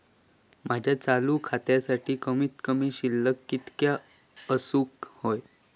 माझ्या चालू खात्यासाठी कमित कमी शिल्लक कितक्या असूक होया?